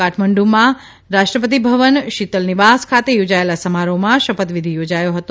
કાઠમંડુમાં રાષ્ટ્રપતિ ભવન શીતલ નિવાસ ખાતે યોજાયેલા સમારોહમાં શપથવિધિ યોજાયો હતો